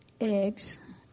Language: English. eggs